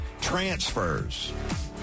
Transfers